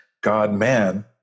God-man